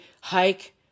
Hike